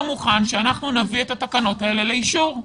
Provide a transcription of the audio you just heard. מוכן שאנחנו נביא את התקנות האלה לאישור.